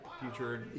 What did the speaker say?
future